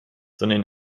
sondern